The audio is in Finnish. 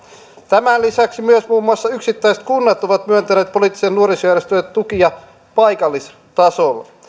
tämän lisäksi myös muun muassa yksittäiset kunnat ovat myöntäneet poliittisille nuorisojärjestöille tukia paikallistasolla